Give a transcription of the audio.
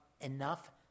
enough